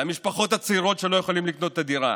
למשפחות הצעירות שלא יכולות לקנות דירה.